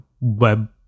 web